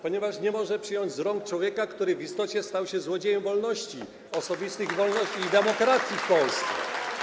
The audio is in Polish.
ponieważ nie może przyjąć z rąk człowieka, który w istocie stał się złodziejem wolności osobistych i wolności i demokracji w Polsce.